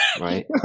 right